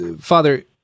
Father